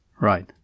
Right